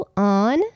on